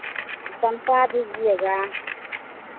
चम्पा दीजिएगा